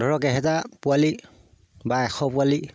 ধৰক এহেজাৰ পোৱালি বা এশ পোৱালি